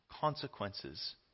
consequences